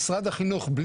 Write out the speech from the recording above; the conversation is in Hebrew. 16:30.